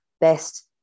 best